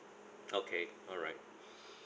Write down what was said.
okay alright